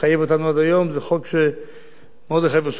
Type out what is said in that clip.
זה חוק שמרדכי וירשובסקי הציע,